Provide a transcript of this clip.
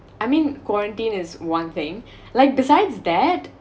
I mean quarantine is one thing like besides that